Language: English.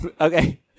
Okay